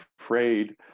afraid